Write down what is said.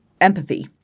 Empathy